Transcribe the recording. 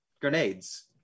grenades